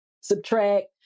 subtract